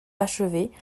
achevée